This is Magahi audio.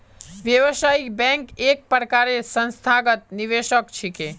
व्यावसायिक बैंक एक प्रकारेर संस्थागत निवेशक छिके